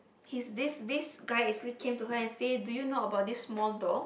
he's this this guy actually came to her and say do you know about this small door